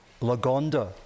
Lagonda